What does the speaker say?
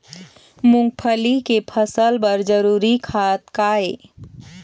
मूंगफली के फसल बर जरूरी खाद का ये?